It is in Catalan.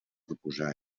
proposar